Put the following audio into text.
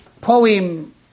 poem